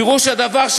פירוש הדבר,